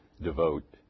devote